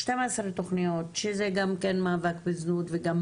12 תכניות שזה גם מאבק בזנות וגם